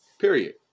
Period